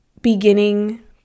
beginning